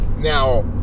Now